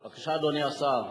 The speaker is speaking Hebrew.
בבקשה, אדוני השר.